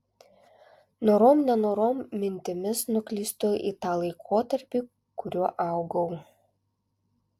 norom nenorom mintimis nuklystu į tą laikotarpį kuriuo augau